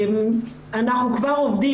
אנחנו כבר עובדים,